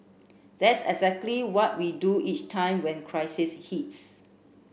that's exactly what we do each time when crisis hits